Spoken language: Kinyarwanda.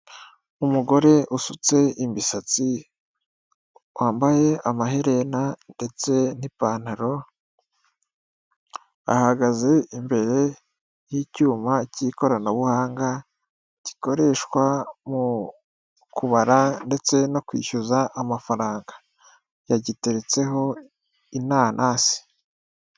Umugore usutse imisatsi wambaye amaherena ndetse n'ipantaro ahagaze imbere y'icyuma cy'ikoranabuhanga gikoreshwa mu kubara ndetse no kwishyuza amafaranga yagiteretseho inanasi.